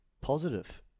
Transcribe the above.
positive